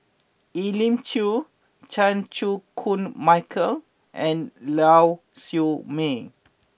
Elim Chew Chan Chew Koon Michael and Lau Siew Mei